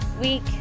week